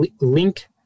link